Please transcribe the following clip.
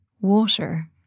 water